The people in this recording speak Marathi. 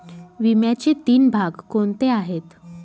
विम्याचे तीन भाग कोणते आहेत?